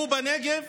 הוא בנגב,